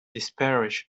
disparage